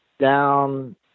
down